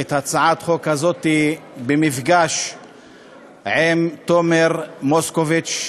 את הצעת החוק הזאת במפגש עם תומר מוסקוביץ,